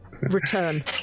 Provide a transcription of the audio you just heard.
Return